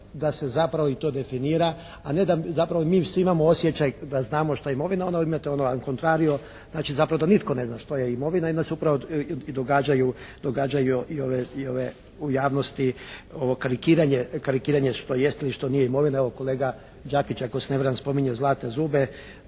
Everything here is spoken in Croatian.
da se zapravo i to definira, a ne da zapravo mi svi imamo osjećaj da znamo što je imovina, onda imate ono an contrario, znači zapravo to nitko ne zna što je imovina i onda se upravo i događaju i ove u javnosti ovo karikiranje što jest ili što nije imovina. Evo kolega Đapić ako se ne varam spominje zlatne zube,